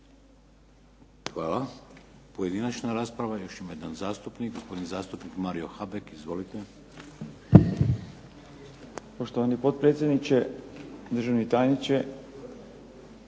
Hvala. Pojedinačna rasprava. Još ima jedan zastupnik. Gospodin zastupnik Mario Habek, izvolite. **Habek, Mario (SDP)** Poštovani potpredsjedniče, državni tajniče,